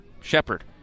Shepard